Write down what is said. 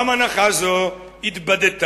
גם הנחה זו התבדתה,